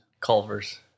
Culvers